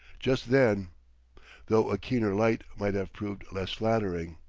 just then though a keener light might have proved less flattering.